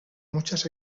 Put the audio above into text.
muchas